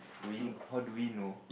do we how do we know